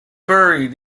buried